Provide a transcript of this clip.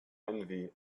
envy